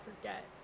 forget